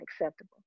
acceptable